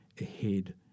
ahead